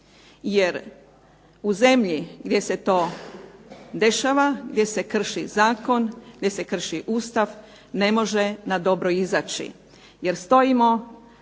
Jer u zemlji gdje se to dešava, gdje se krši zakon, gdje se krši Ustav ne može na dobro izaći.